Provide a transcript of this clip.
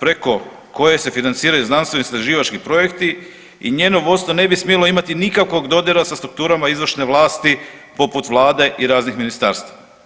preko koje se financiraju znanstveno istraživački projekti i njeno vodstvo ne bi smjelo imati nikakvog dodira sa strukturama izvršne vlasti poput vlade i raznih ministarstva.